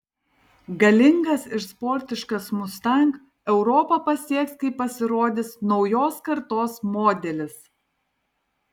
galingas ir sportiškas mustang europą pasieks kai pasirodys naujos kartos modelis